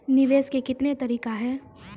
निवेश के कितने तरीका हैं?